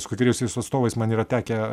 su kai kuriais jos atstovais man yra tekę